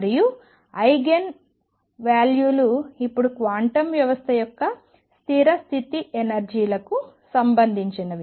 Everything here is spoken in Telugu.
మరియు ఐగెన్ వాల్యూలు ఇప్పుడు క్వాంటం వ్యవస్థ యొక్క స్థిర స్థితి ఎనర్జీ లకు సంబంధించినవి